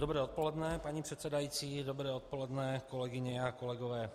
Dobré odpoledne, paní předsedající, dobré odpoledne, kolegyně a kolegové.